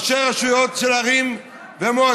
ראשי רשויות של ערים ומועצות,